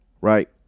Right